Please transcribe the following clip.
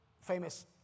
famous